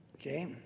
Okay